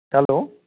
hello